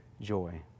joy